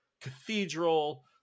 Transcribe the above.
cathedral